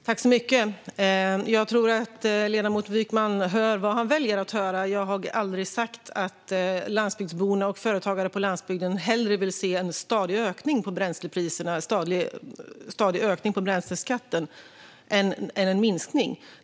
Herr talman! Jag tror att ledamoten Wykman hör vad han väljer att höra. Jag har aldrig sagt att landsbygdsborna och företagarna på landsbygden hellre vill se en stadig ökning av bränslepriserna och bränsleskatten än en minskning.